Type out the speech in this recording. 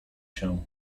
się